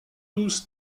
tous